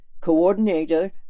coordinator